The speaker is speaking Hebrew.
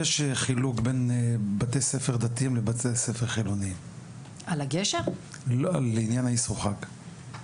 יש שוני בין בתי ספר דתיים לבין בתי ספר חילונים לעניין האסרו חג.